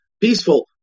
peaceful